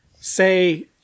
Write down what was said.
say